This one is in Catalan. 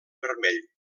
vermell